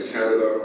Canada